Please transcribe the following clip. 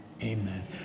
Amen